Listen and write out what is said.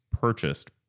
purchased